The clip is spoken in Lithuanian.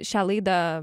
šią laidą